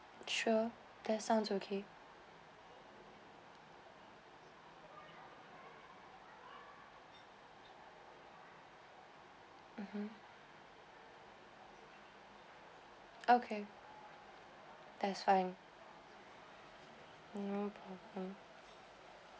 sure that sounds okay mmhmm okay that's fine no problem